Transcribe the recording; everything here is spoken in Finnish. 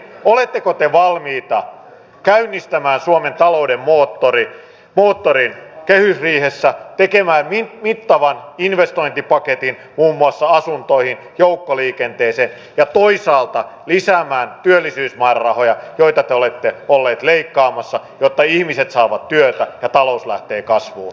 oletteko te valmiita käynnistämään suomen talouden moottorin kehysriihessä tekemään mittavan investointipaketin muun muassa asuntoihin ja joukkoliikenteeseen ja toisaalta lisäämään työllisyysmäärärahoja joita te olette olleet leikkaamassa jotta ihmiset saavat työtä ja talous lähtee kasvuun